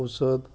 ଔଷଧ